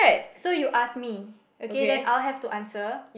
so you ask me okay then I'll have to answer